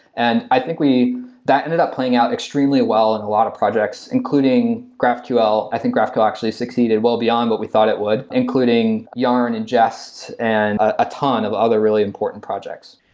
and i think that ended up playing out extremely well in a lot of projects, including graphql. i think graphql actually succeeded well beyond what we thought it would, including yarn, ingests and a ton of other really important projects.